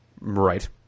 Right